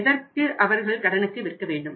எதற்கு அவர்கள் கடனுக்கு விற்க வேண்டும்